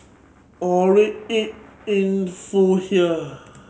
or read it in full here